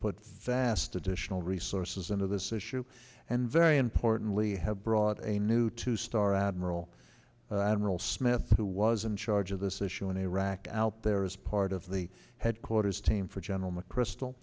put vast additional resources into this issue and very importantly have brought a new two star admiral admiral smith who was in charge of this issue in iraq out there as part of the headquarters team for general mcchrystal